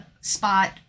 spot